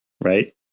right